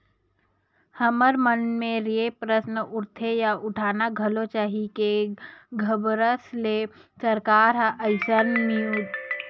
हमर मन मेर ये प्रस्न उठथे या उठाना घलो चाही के हबरस ले सरकार ह अइसन विमुद्रीकरन के नीति काबर अपनाइस?